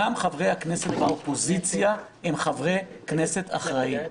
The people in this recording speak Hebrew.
גם חברי הכנסת מהאופוזיציה הם חברי כנסת אחראים,